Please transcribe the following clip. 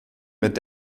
mit